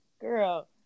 Girl